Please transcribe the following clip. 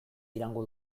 iraungo